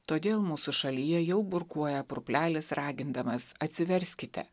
todėl mūsų šalyje jau burkuoja purplelis ragindamas atsiverskite